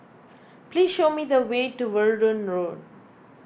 please show me the way to Verdun Road